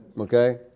Okay